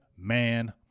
Man